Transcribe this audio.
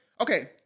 okay